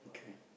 okay